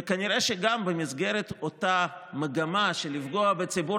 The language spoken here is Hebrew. וכנראה שגם במסגרת אותה מגמה של פגיעה בציבור